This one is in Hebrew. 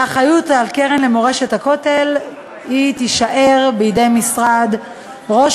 האחריות לקרן למורשת הכותל תישאר בידי משרד ראש